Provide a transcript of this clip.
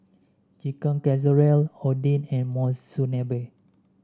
Chicken Casserole Oden and Monsunabe